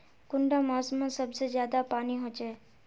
कुंडा मोसमोत सबसे ज्यादा पानी होचे?